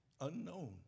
unknown